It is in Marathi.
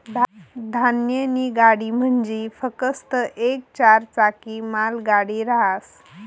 धान्यनी गाडी म्हंजी फकस्त येक चार चाकी मालगाडी रहास